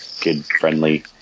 kid-friendly